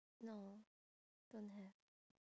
no don't have